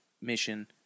mission